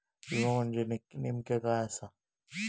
विमा म्हणजे नेमक्या काय आसा?